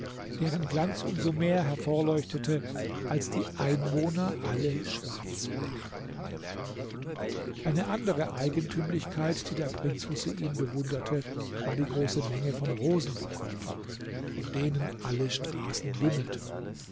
deren glanz um so mehr hervorleuchtete als die einwohner alle schwarz waren eine andere eigentümlichkeit die der prinz husein bewunderte war die große menge von rosenverkäufern von denen alle straßen wimmelten